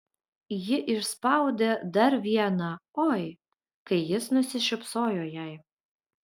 ji išspaudė dar vieną oi kai jis nusišypsojo jai